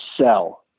sell